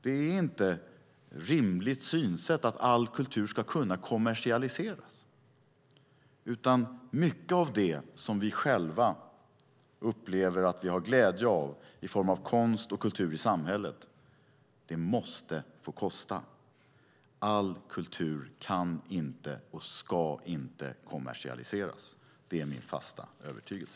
Det är inte ett rimligt synsätt att all kultur ska kunna kommersialiseras. Mycket av det vi själva upplever att vi har glädje av i form av konst och kultur i samhället måste få kosta. All kultur kan inte och ska inte kommersialiseras - det är min fasta övertygelse.